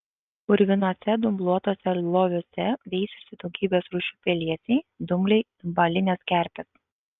purvinuose dumbluotuose loviuose veisėsi daugybės rūšių pelėsiai dumbliai ir balinės kerpės